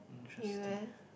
you eh